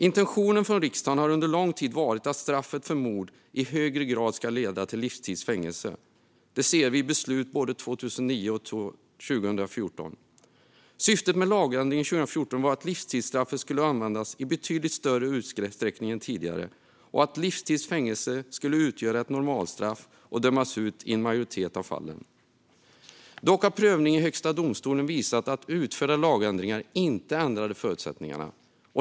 Intentionen från riksdagen har under lång tid varit att straffet för mord i högre grad ska leda till livstids fängelse. Det ser vi i beslut från både 2009 och 2014. Syftet med lagändringen 2014 var att livstidsstraffet skulle kunna användas i betydligt större utsträckning än tidigare och att livstids fängelse skulle utgöra ett normalstraff och dömas ut i en majoritet av fallen. Dock har prövning i Högsta domstolen visat att utförda lagändringar inte ändrade förutsättningarna.